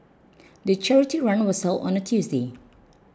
the charity run was held on a Tuesday